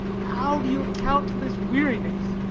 how do you account for this weariness?